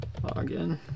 login